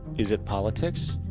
is it politics?